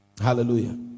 hallelujah